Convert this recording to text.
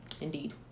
Indeed